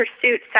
pursuit